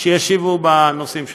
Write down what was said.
שישיבו בנושאים שלהם.